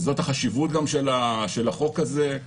זאת גם החשיבות של החוק הזה.